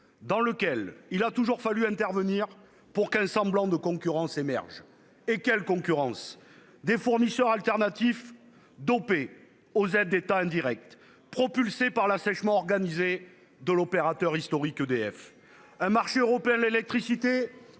puisqu'il a toujours fallu intervenir pour faire émerger un semblant de concurrence. Et quelle concurrence ! Les fournisseurs alternatifs sont dopés aux aides d'État indirectes et propulsés par l'assèchement organisé de l'opérateur historique, EDF. Au sein du marché européen de l'électricité,